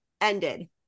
ended